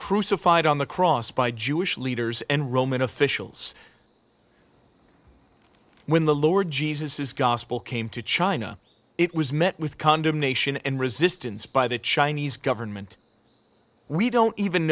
crucified on the cross by jewish leaders and roman officials when the lord jesus is gospel came to china it was met with condemnation and resistance by the chinese government we don't even